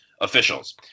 officials